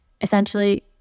Essentially